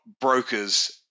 brokers